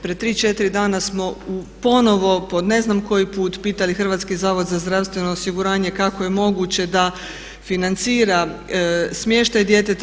Prije 3, 4 dana smo ponovno po ne znam koji put pitali Hrvatski zavod za zdravstvenog osiguranje kako je moguće da financira smještaj djeteta?